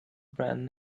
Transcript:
brand